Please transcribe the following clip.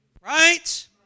right